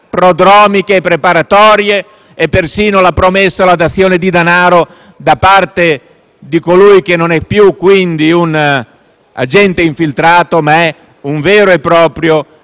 prodromiche e preparatorie e persino la promessa della dazione di danaro, da parte di colui che non è più quindi un agente infiltrato, ma è un vero e proprio